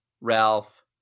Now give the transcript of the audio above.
ralph